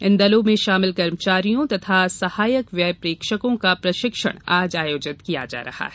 इन दलों में शामिल कर्मचारियों तथा सहायक व्यय प्रेक्षकों का प्रशिक्षण आज आयोजित किया जा रहा है